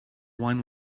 wine